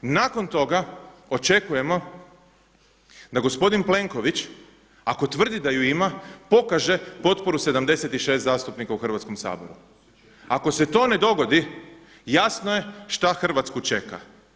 Nakon toga očekujemo da gospodin Plenković, ako tvrdi da ju ima, pokaže potporu 76 zastupnika u Hrvatskom saboru, ako se to ne dogodi, jasno je šta Hrvatsku čeka.